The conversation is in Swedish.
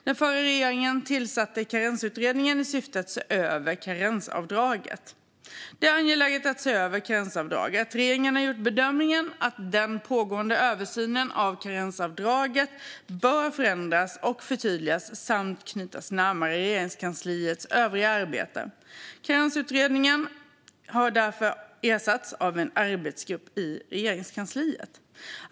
Den förra regeringen tillsatte Karensutredningen i syfte att se över karensavdraget. Det är angeläget att se över karensavdraget. Regeringen har gjort bedömningen att den pågående översynen av karensavdraget bör förändras och förtydligas samt knytas närmare Regeringskansliets övriga arbete. Karensutredningen har därför ersatts av en arbetsgrupp i Regeringskansliet.